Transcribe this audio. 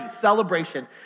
celebration